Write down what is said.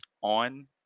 on